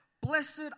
blessed